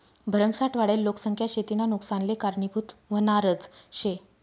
भरमसाठ वाढेल लोकसंख्या शेतीना नुकसानले कारनीभूत व्हनारज शे